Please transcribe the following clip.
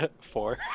Four